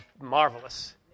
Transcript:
marvelous